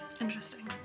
Interesting